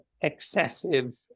excessive